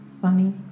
Funny